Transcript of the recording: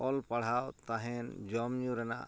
ᱚᱞ ᱯᱟᱲᱦᱟᱣ ᱛᱟᱦᱮᱱ ᱡᱚᱢᱼᱧᱩ ᱨᱮᱱᱟᱜ